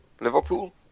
Liverpool